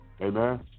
Amen